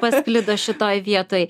pasklido šitoj vietoj